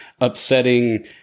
upsetting